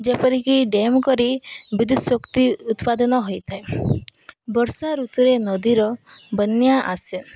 ଯେପରିକି ଡ୍ୟାମ୍ କରି ବିଦ୍ୟୁତ ଶକ୍ତି ଉତ୍ପାଦନ ହୋଇଥାଏ ବର୍ଷା ଋତୁରେ ନଦୀର ବନ୍ୟା ଆସେ